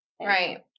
Right